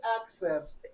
access